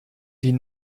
die